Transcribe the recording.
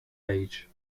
age